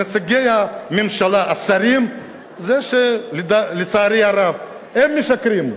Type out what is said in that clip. נציגי הממשלה, השרים, לצערי הרב הם משקרים.